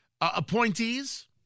appointees